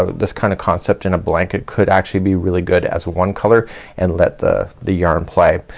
ah this kind of concept in a blanket could actually be really good as one color and let the the yarn play.